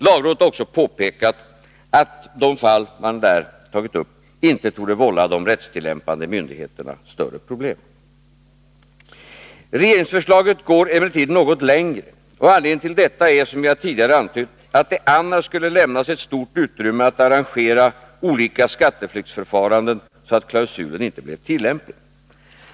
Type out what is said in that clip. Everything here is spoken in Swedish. Lagrådet har också påpekat att de fall som man där tagit upp inte torde vålla de rättstillämpande myndigheterna större problem. Regeringsförslaget går emellertid något längre, och anledningen till detta är, som jag tidigare har antytt, att det annars skulle lämnas ett stort utrymme att arrangera olika skatteflyktsförfaranden så att klausulen inte blev tillämplig.